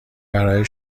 برای